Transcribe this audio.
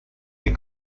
این